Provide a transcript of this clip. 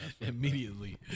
immediately